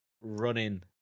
running